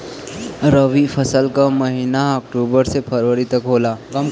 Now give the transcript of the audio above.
रवी फसल क महिना अक्टूबर से फरवरी तक होला